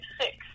six